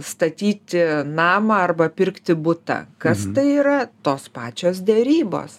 statyti namą arba pirkti butą kas tai yra tos pačios derybos